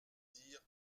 dire